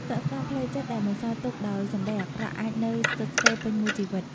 ស្លាកស្នាមផ្លូវចិត្តដែលបន្សល់ទុកដោយសម្ដីអាក្រក់ អាចនៅស្ថិតស្ថេរពេញមួយជីវិត។